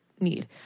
need